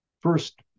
First